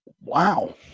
wow